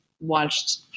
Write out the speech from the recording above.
watched